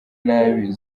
nabi